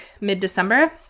mid-December